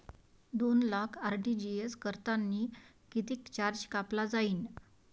दोन लाख आर.टी.जी.एस करतांनी कितीक चार्ज कापला जाईन?